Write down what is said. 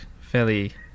fairly